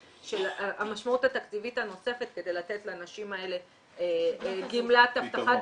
המשמעות התקציבית הנוספת כדי לתת לנשים האלה גמלת הבטחת